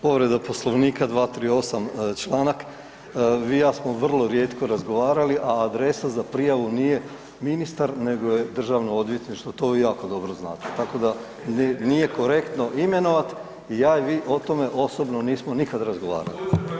Povreda Poslovnika 238. čl., vi i ja smo vrlo rijetko razgovarali, a adresa za prijavu nije ministar nego je državno odvjetništvo, to vi jako dobro znate, tako da nije korektno imenovat, ja i vi o tome osobno nismo nikad razgovarali.